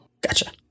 Gotcha